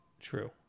True